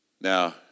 Now